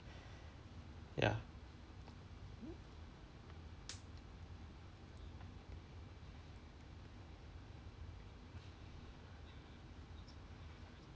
ya